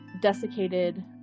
desiccated